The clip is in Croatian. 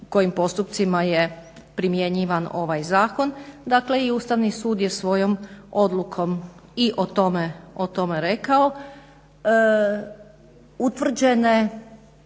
u kojim postupcima je primjenjivan ovaj zakon, dakle i Ustavni sud je svojoj odlukom i o tome rekao.